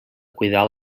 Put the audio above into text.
cuidar